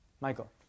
Michael